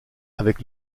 avec